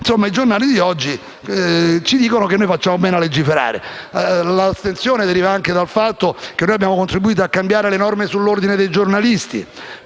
geni. I giornali di oggi ci dicono che facciamo bene a legiferare. L'astensione deriva anche dal fatto che abbiamo contributo a cambiare le norme sull'Ordine dei giornalisti.